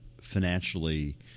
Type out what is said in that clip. financially